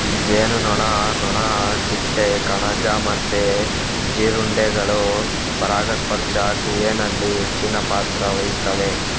ಜೇನುನೊಣ, ನೊಣ, ಚಿಟ್ಟೆ, ಕಣಜ ಮತ್ತೆ ಜೀರುಂಡೆಗಳು ಪರಾಗಸ್ಪರ್ಶ ಕ್ರಿಯೆನಲ್ಲಿ ಹೆಚ್ಚಿನ ಪಾತ್ರ ವಹಿಸ್ತವೆ